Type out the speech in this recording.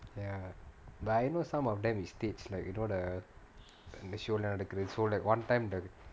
ya but some of them is states like you know the show leh நடக்குறது:nadakurathu show like one time the